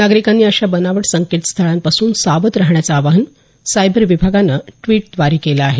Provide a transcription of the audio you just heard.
नागरिकांनी अशा बनावट संकेतस्थळांपासून सावध राहण्याचं आवाहन सायबर विभागानं ड्वीट द्वारे केलं आहे